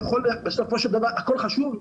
בסופו של דבר הכל חשוב,